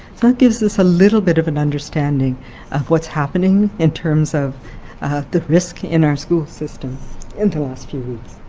that gives us a little bit of an understanding of what's happening in terms of the risk in our school system in the last few weeks.